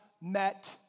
met